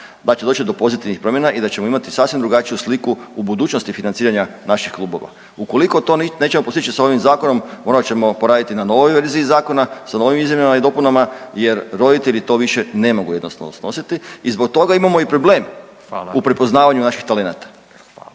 da će doći do pozitivnih promjena i da ćemo imati sasvim drugačiju sliku u budućnosti financiranja naših klubova. Ukoliko to nećemo postići sa ovim Zakonom, morat ćemo poraditi na ovoj verziji zakona, sa novim izmjenama i dopunama jer roditelji to više ne mogu jednostavno snositi i zbog toga imamo i problem u prepoznavanju naših talenata.